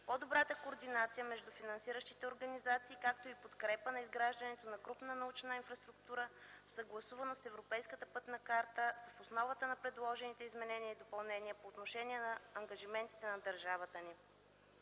По-добрата координация между финансиращите организации, както и подкрепата на изграждането на крупна научна инфраструктура в съгласуваност с Европейската пътна карта са в основата на предложените изменения и допълнения по отношение на ангажиментите на държавата ни.